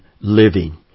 living